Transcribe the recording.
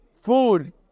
food